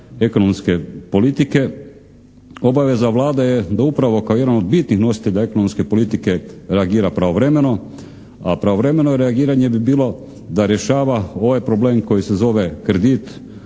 ekonomske politike. Obaveza Vlade je da upravo kao jedan od bitnih nositelja ekonomske politike reagira pravovremeno a pravovremeno reagiranje bi bilo da rješava ovaj problem koji se zove kredit